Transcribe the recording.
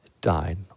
died